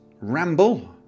ramble